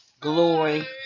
glory